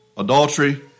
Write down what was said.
Adultery